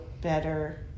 better